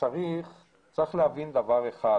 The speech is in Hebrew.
המדינה חייבת לתפקד.